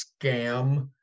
scam